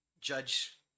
judge